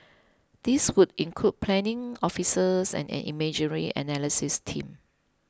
these would include planning officers and an imagery analysis team